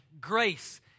Grace